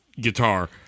guitar